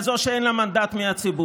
כזאת שאין לה מנדט מהציבור,